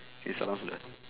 okay sort of lah